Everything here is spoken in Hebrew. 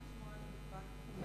אני